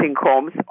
homes